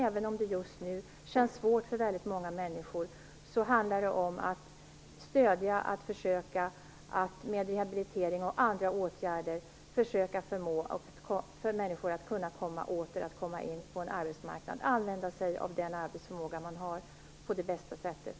Även om det just nu känns svårt för väldigt många människor, skall vi med rehabilitering och andra åtgärder försöka få människor att på bästa sätt använda den arbetsförmåga de har för att åter kunna komma in på arbetsmarknaden.